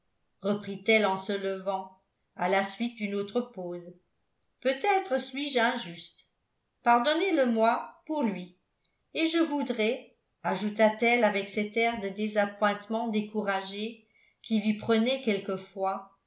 reprit-elle en se levant à la suite d'une autre pause peut-être suis-je injuste pardonnez le moi pour lui et je voudrais ajouta-t-elle avec cet air de désappointement découragé qui lui prenait quelquefois